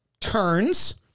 turns